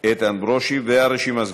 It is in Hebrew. איתן ברושי, הרשימה סגורה.